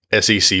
SEC